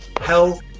health